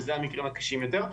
וזה המקרים הקשים יותר,